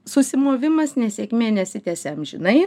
susimovimas nesėkmė nesitęsia amžinai